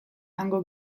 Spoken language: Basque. hango